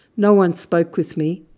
no one spoke with me.